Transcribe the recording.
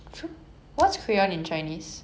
oh ya